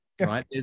right